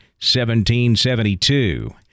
17.72